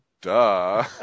duh